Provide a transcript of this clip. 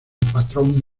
patrón